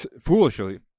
foolishly